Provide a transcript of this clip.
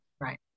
Right